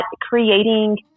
creating